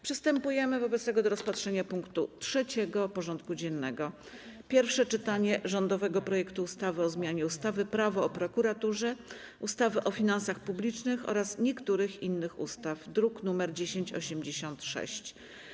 Przystępujemy do rozpatrzenia punktu 3. porządku dziennego: Pierwsze czytanie rządowego projektu ustawy o zmianie ustawy - Prawo o prokuraturze, ustawy o finansach publicznych oraz niektórych innych ustaw (druk nr 1086)